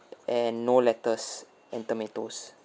and no lettuce and tomatoes